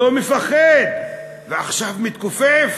לא מפחד, ועכשיו מתכופף?